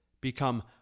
Become